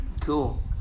Cool